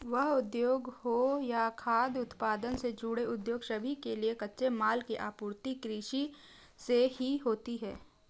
वस्त्र उद्योग हो या खाद्य उत्पादन से जुड़े उद्योग सभी के लिए कच्चे माल की आपूर्ति कृषि से ही होती है